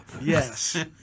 Yes